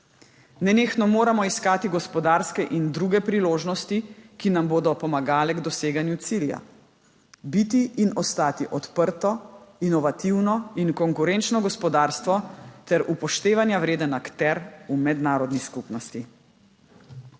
Nenehno moramo iskati gospodarske in druge priložnosti, ki nam bodo pomagale k doseganju cilja: biti in ostati odprto, inovativno in konkurenčno gospodarstvo ter upoštevanja vreden akter v mednarodni skupnosti.